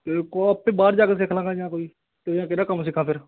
ਅਤੇ ਇੱਕ ਵਾਰ ਆਪੇ ਬਾਹਰ ਜਾ ਕੇ ਸਿਖਲਾਂਗਾ ਜਾਂ ਕੋਈ ਕੋਈ ਨਾ ਕਿਹੜਾ ਕੰਮ ਸਿੱਖਾਂ ਫਿਰ